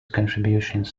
contributions